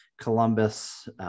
Columbus